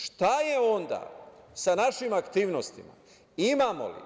Šta je onda sa našim aktivnostima, imamo li?